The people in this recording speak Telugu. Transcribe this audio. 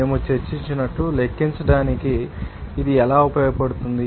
మేము చర్చించినట్లు లెక్కించడానికి ఇది ఎలా ఉపయోగపడుతుంది